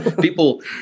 People